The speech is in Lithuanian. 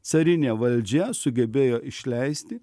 carinė valdžia sugebėjo išleisti